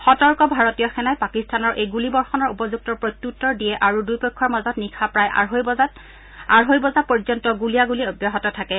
সতৰ্ক ভাৰতীয় সেনাই পাকিস্তানৰ এই গুলীবৰ্ষণৰ উপযুক্ত প্ৰত্যুত্তৰ দিয়ে আৰু দুয়োপক্ষৰ মাজত নিশা প্ৰায় আঢ়ৈ বজা পৰ্যন্ত গুলীয়াগুলী অব্যাহত থাকে